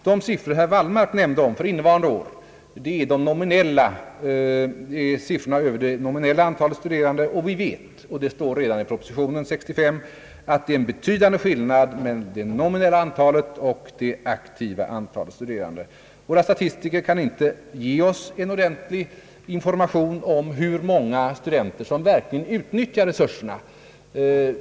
De siffror herr Wallmark nämnde för innevarande år är siffror som anger det nominella antalet studerande. Vi vet — det står redan i 1965 års proposition — att det är en betydande skillnad mellan det nominella antalet och det aktiva antalet studerande. Våra statistiker kan inte ge oss en ordentlig information om hur många studenter som verkligen utnyttjar resurserna.